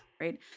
Right